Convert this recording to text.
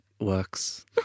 works